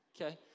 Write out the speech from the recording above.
Okay